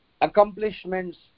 accomplishments